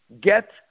get